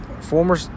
former